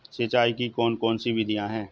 सिंचाई की कौन कौन सी विधियां हैं?